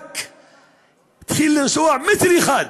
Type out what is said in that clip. רק התחיל לנסוע מטר אחד,